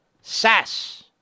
Sass